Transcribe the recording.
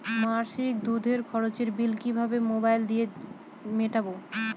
মাসিক দুধের খরচের বিল কিভাবে মোবাইল দিয়ে মেটাব?